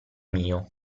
mio